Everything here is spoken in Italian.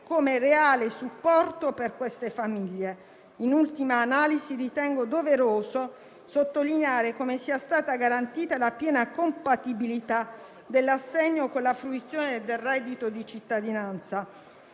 come reale supporto per queste famiglie. In ultima analisi, ritengo doveroso sottolineare come sia stata garantita la piena compatibilità dell'assegno con la fruizione del reddito di cittadinanza.